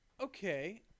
Okay